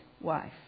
wife